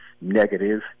negative